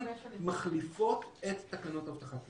להגיד: שהם מחליפות את תקנות אבטחת מידע.